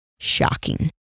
Shocking